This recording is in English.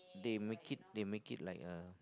they make it they make it like uh